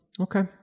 Okay